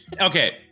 okay